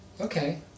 okay